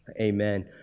Amen